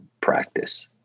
practice